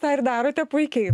tą ir darote puikiai